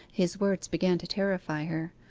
his words began to terrify her.